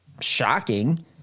Shocking